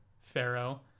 Pharaoh